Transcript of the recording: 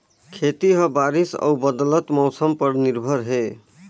खेती ह बारिश अऊ बदलत मौसम पर निर्भर हे